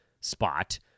spot